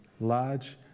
large